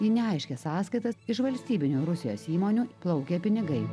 į neaiškias sąskaitas iš valstybinių rusijos įmonių plaukia pinigai